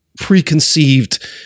preconceived